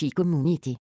community